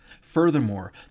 Furthermore